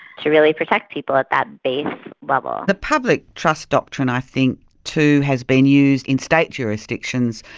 to really protect people at that base level. the public trust doctrine i think too has been used in state jurisdictions,